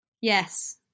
Yes